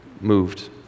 moved